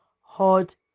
hot